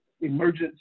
emergency